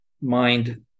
mind